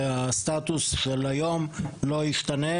שהסטטוס של היום לא ישתנה,